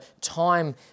time